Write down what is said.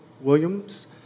Williams